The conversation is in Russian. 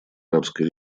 арабской